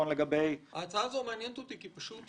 ההצעה הזאת מעניינת אותי, כי היא